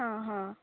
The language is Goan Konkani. आं हा